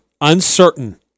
uncertain